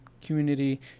community